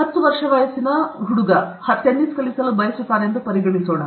ಹತ್ತು ವರ್ಷ ವಯಸ್ಸಿನ ಹತ್ತು ವರ್ಷದ ಹುಡುಗ ಟೆನ್ನಿಸ್ ಕಲಿಯಲು ಬಯಸುತ್ತಾರೆ ಎಂದು ನಾವು ಪರಿಗಣಿಸೋಣ